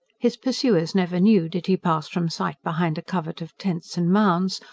his pursuers never knew, did he pass from sight behind a covert of tents and mounds,